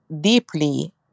deeply